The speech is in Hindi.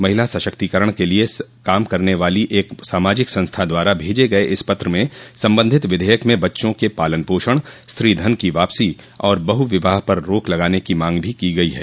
महिला सशक्तिकरण के लिए काम करने वाली एक सामाजिक संस्था द्वारा भेजे गये इस पत्र में सम्बन्धित विधेयक मे बच्चों के पालन पोषण स्त्री धन की वापसी और बहुविवाह पर रोक लगाने की मांग भी की गयी है